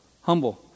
Humble